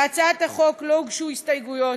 להצעת החוק לא הוגשו הסתייגויות,